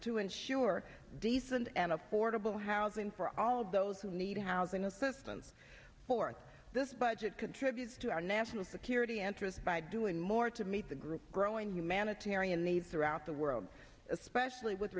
to ensure decent and affordable housing for all those who need housing assistance for this budget contributes to our national security entrance by doing more to meet the group growing humanitarian needs throughout the world especially with